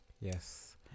Yes